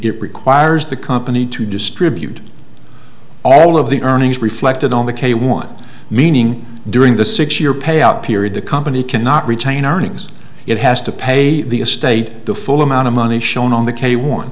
it requires the company to distribute all of the earnings reflected on the quay want meaning during the six year payout period the company cannot retain earnings it has to pay the estate the full amount of money shown on the